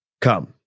come